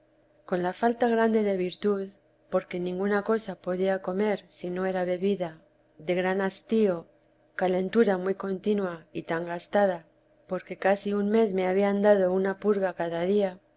con la falta grande de virtud porque ninguna cosa podía comer si no era bebida de gran hastío calentura muy contina y tan gastada porque casi un mes me habían dado una purga cada día